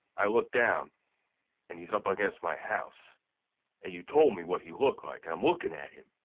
i look down and he's up against my house and you told me what he look like and i'm looking at him.